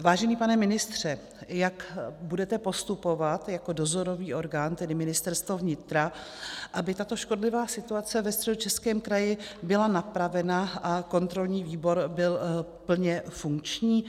Vážený pane ministře, jak budete postupovat jako dozorový orgán, tedy Ministerstvo vnitra, aby tato škodlivá situace ve Středočeském kraji byla napravena a kontrolní výbor byl plně funkční?